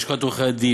לשכת עורכי-הדין,